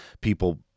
people